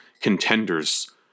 contenders